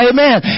Amen